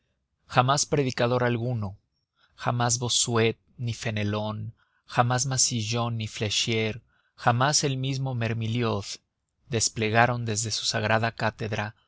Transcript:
jamás predicador alguno jamás bossuet ni fenelón jamás massillon ni fléchier jamás el mismo mermilliod desplegaron desde su sagrada cátedra